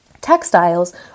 Textiles